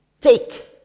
Take